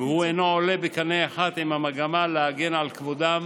והוא אינו עולה בקנה אחד עם המגמה להגן על כבודם